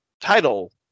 title